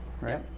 Right